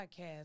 podcast